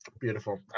Beautiful